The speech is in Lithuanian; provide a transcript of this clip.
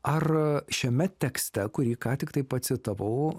ar šiame tekste kurį ką tiktai pacitavau